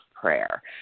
prayer